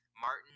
martin